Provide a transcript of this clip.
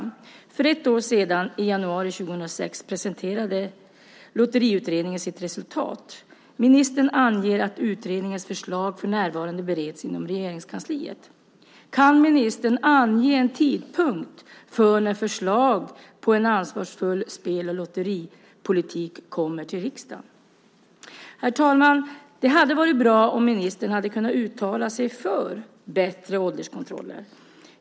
För ett år sedan, i januari 2006, presenterade Lotteriutredningen sitt resultat. Ministern anger att utredningens förslag för närvarande bereds inom Regeringskansliet. Kan ministern ange en tidpunkt för när förslag om en ansvarsfull spel och lotteripolitik kommer till riksdagen? Herr talman! Det hade varit bra om ministern hade kunnat uttala sig för bättre ålderskontroller.